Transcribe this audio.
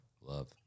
love